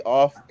off